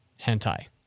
hentai